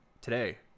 today